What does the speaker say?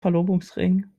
verlobungsring